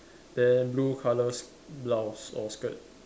then blue colour s~ blouse or skirt